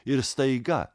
ir staiga